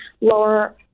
lower